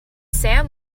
sam